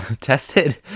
tested